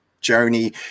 journey